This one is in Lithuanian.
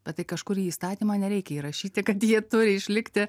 bet tai kažkur į įstatymą nereikia įrašyti kad jie turi išlikti